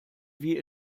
wie